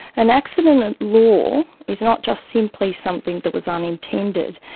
an accident at law is not just simply something that was unintended.